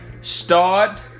Start